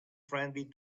friendly